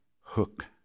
hook